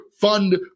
fund